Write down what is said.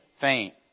Faint